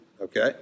Okay